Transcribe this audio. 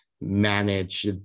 manage